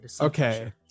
okay